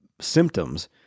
symptoms